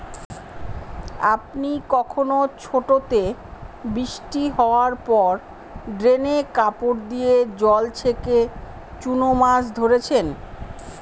আপনি কখনও ছোটোতে বৃষ্টি হাওয়ার পর ড্রেনে কাপড় দিয়ে জল ছেঁকে চুনো মাছ ধরেছেন?